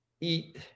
Eat